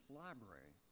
library